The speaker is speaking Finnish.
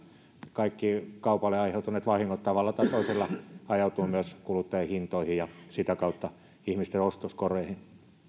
kaikki kaupalle aiheutuneet vahingot tavalla tai toisella ajautuvat myös kuluttajahintoihin ja sitä kautta ihmisten ostoskoreihin